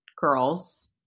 girls